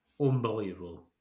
unbelievable